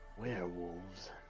Werewolves